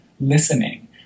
listening